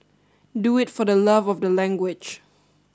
do it for the love of the language